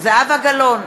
זהבה גלאון,